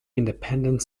independent